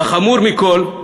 והחמור מכול,